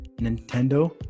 nintendo